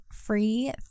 free